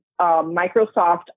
Microsoft